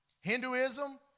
Hinduism